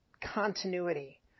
continuity